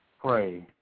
Pray